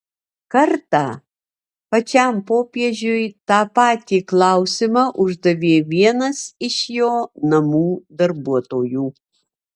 kartą pačiam popiežiui tą patį klausimą uždavė vienas iš jo namų darbuotojų